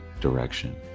direction